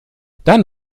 dann